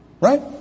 Right